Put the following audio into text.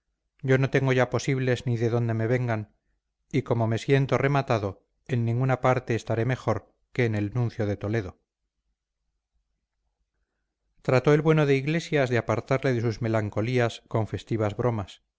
yo no tengo ya posibles ni de dónde me vengan y como me siento rematado en ninguna parte estaré mejor que en el nuncio de toledo trató el bueno de iglesias de apartarle de sus melancolías con festivas bromas